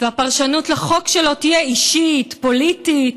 והפרשנות שלו לחוק תהיה אישית, פוליטית.